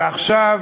ועכשיו